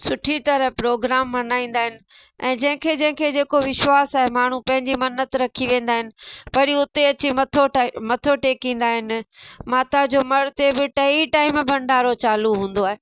सुठी तरह प्रोग्राम मल्हाईंदा आहिनि ऐं जंहिंखे जंहिंखे जेको विश्वासु आहे माण्हू पंहिंजी मन्नत रखी वेंदा आहिनि वरी उते अची मथो ट टेकींदा आहिनि माता जो मण ते बि टई टाइम भंडारो चालू हूंदो आहे